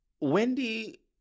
Wendy